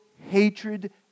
hatred